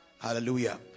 Hallelujah